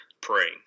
praying